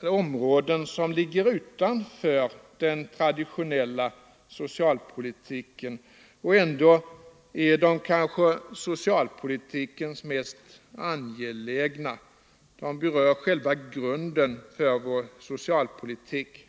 målområden som ligger utanför den traditionella socialpolitiken — och ändå är de kanske socialpolitikens mest angelägna mål, eftersom de berör själva grunden för vår socialpolitik.